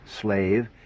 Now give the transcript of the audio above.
slave